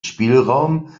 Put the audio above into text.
spielraum